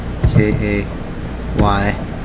K-A-Y